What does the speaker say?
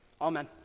Amen